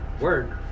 word